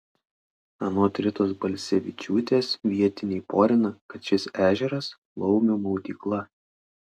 anot ritos balsevičiūtės vietiniai porina kad šis ežeras laumių maudykla